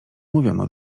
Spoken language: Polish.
mówiono